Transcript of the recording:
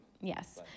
Yes